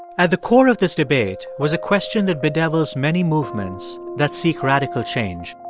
at the core of this debate was a question that bedevils many movements that seek radical change.